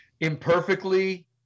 imperfectly